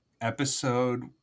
episode